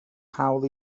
hawl